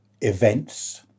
events